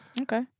Okay